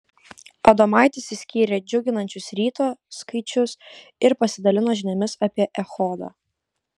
adomaitis išskyrė džiuginančius ryto skaičius ir pasidalino žiniomis apie echodą